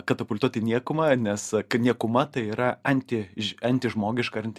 katapultuot į niekumą nes niekuma tai yra anti anti žmogiška ar anti